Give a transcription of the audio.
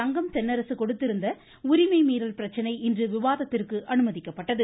தங்கம் தென்னரசு கொடுத்திருந்த உரிமை மீறல் பிரச்சனை இன்று விவாதத்திற்கு அனுமதிக்கப்பட்டது